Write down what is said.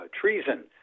treason